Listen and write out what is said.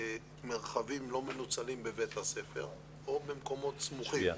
מרחבים לא מנוצלים בבית הספר או במקומות סמוכים.